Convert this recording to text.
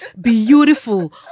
beautiful